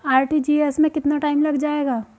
RTGS में कितना time लग जाएगा?